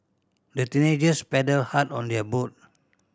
the teenagers paddled hard on their boat